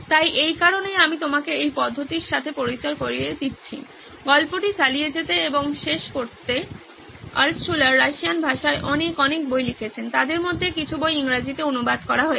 তাই এই কারণেই আমি আপনাকে এই পদ্ধতির সাথে পরিচয় করিয়ে দিচ্ছি গল্পটি চালিয়ে যেতে এবং শেষ করতে আল্টশুলার রাশিয়ান ভাষায় অনেক অনেক বই লিখেছেন তাদের মধ্যে কিছু বই ইংরেজিতে অনুবাদ করা হয়েছে